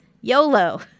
YOLO